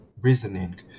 reasoning